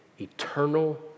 eternal